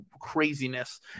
craziness